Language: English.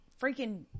freaking